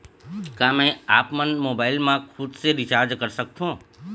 का मैं आपमन मोबाइल मा खुद से रिचार्ज कर सकथों?